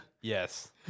Yes